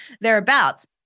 thereabouts